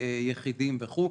יחידים וכולי.